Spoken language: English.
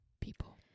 people